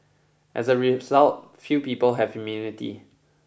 as a result few people have immunity